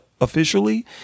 officially